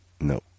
No